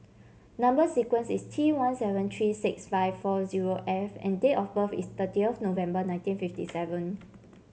number sequence is T one seven three six five four zero F and date of birth is thirtieth November nineteen fifty seven